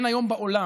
אין היום בעולם,